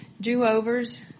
do-overs